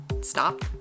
Stop